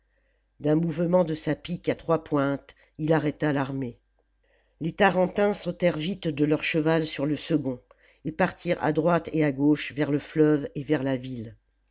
d'un mouvement de sa pique à trois pointes il arrêta l'armée les tarentins sautèrent vite de leur cheval sur le second et partirent à droite et à gauche vers le fleuve et vers la ville